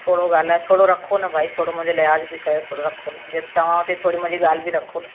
थोरो ॻाल्हाए थोरो रखो न भाई थोरो मुंहिंजो लिहाज़ बि कयो थोरो रखो न ॾिसो चयांव थी थोरी मुंहिंजी ॻाल्हि बि रखो न